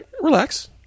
Relax